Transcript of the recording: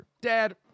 Dad